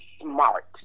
smart